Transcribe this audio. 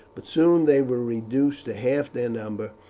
but soon they were reduced to half their number,